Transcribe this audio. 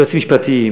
יועצים משפטיים,